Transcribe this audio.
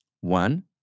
One